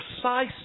precise